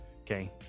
Okay